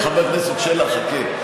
חבר הכנסת שלח, חכה.